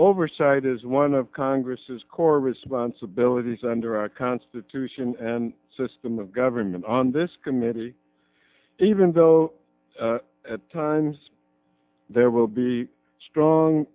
oversight is one of congress's core responsibilities under our constitution and system of government on this committee even though at times there will be strong